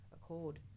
accord